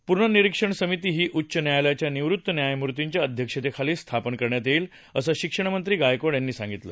प्नरीक्षण समिती ही उच्च न्यायालयाच्या निवृत्त न्यायमूर्तीच्या अध्यक्षतेखाली स्थापन करण्यात येईल असं शिक्षण मंत्री गायकवाड यांनी सांगितलं